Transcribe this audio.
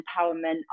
empowerment